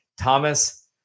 Thomas